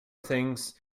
things